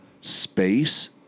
space